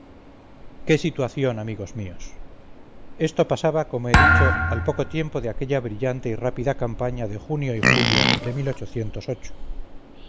qué situación amigos míos esto pasaba como he dicho al poco tiempo de aquella brillante y rápida campaña de junio y julio de